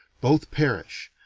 both perish,